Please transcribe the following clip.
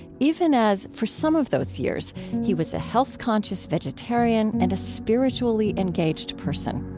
even as, for some of those years he was a health-conscious vegetarian and a spiritually engaged person